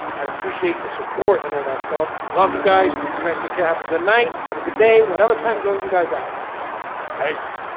i appreciate the support and all that stuff. love you guys you guys take care. have a good night. have a good day. whatever time zone you guys that paints